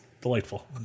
delightful